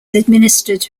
administered